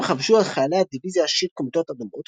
חבשו חיילי הדיוויזיה השישית כומתות אדומות,